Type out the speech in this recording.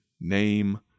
name